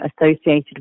associated